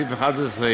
בסעיף 11,